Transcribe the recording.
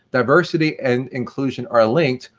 diversity and inclusion are linked,